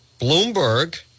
Bloomberg